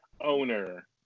owner